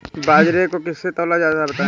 बाजरे को किससे तौला जाता है बताएँ?